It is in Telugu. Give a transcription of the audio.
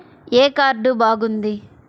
ఏ కార్డు బాగుంది?